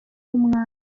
w’umwami